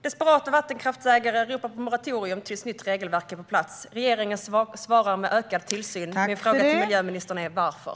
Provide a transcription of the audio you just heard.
Desperata vattenkraftsägare ropar på moratorium tills ett nytt regelverk är på plats. Regeringen svarar med en ökad tillsyn. Min fråga till miljöministern är: Varför?